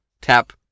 tap